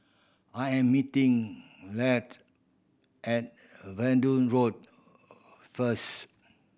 I am meeting at Verdun Road first